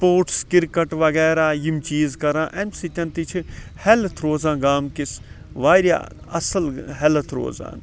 sports cricket وَغیرہ یِم چیٖز کران امہ سۭتۍ تہِ چھ ہیٚلتھ روزان گامکِس واریاہ اصل ہیٚلتھ روزان